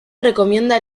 recomienda